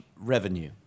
revenue